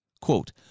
Quote